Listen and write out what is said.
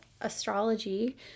astrology